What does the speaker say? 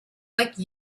like